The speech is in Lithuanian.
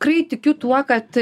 kai tikiu tuo kad